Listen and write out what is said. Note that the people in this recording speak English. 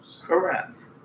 Correct